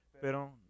Pero